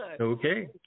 Okay